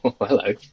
Hello